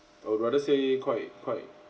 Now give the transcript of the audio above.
I would rather say quite quite